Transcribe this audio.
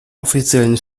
offiziellen